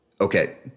okay